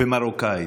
בערבית ולא במרוקאית.